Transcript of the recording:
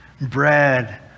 Bread